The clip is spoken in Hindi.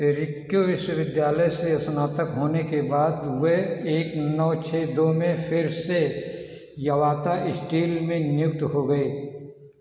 रिक्क्यो विश्वविद्यालय से स्नातक होने के बाद वे एक नौ छः दो में फिर से यवाता स्टील में नियुक्त हो गए